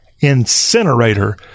incinerator